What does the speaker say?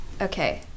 Okay